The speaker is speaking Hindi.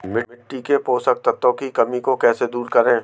मिट्टी के पोषक तत्वों की कमी को कैसे दूर करें?